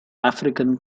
african